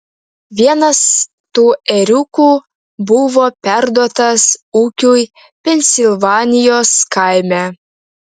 vienas tų ėriukų buvo perduotas ūkiui pensilvanijos kaime